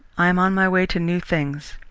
i am on my way to new things.